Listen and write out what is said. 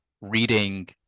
reading